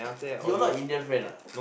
you're not Indian friend ah